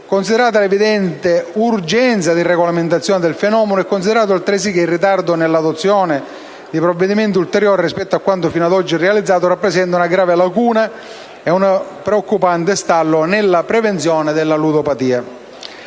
considerata l'evidente urgenza di regolamentazione del fenomeno e considerato altresì che il ritardo nell'adozione di provvedimenti ulteriori rispetto a quanto fino ad oggi realizzato rappresenta un grave lacuna e un preoccupante stallo nella prevenzione della ludopatia;